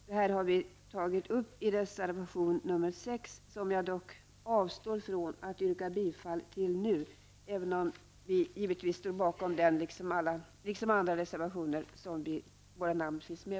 Detta har vi tagit upp i reservation nr 6, som jag dock nu avstår från att yrka bifall till, även om vi givetvis står bakom den liksom alla reservationer där våra namn finns med.